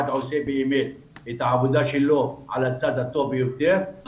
עושה באמת את העבודה שלו עלה צד הטוב ביותר,